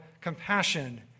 compassion